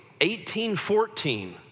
1814